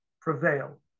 prevail